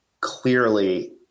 clearly